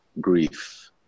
grief